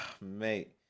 Mate